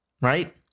right